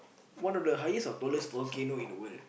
one of the highest or tallest volcano in the world